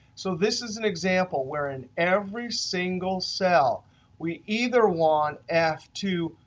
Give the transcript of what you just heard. so this is an example where in every single cell we either want f two,